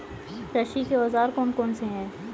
कृषि के औजार कौन कौन से हैं?